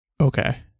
Okay